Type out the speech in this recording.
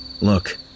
Look